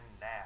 now